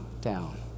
down